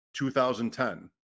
2010